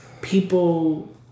people